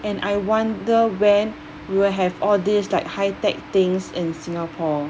and I wonder when we will have all these like high tech things in singapore